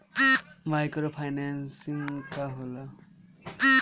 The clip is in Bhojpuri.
माइक्रो फाईनेसिंग का होला?